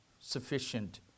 sufficient